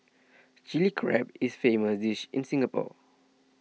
Chilli Crab is a famous dish in Singapore